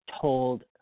told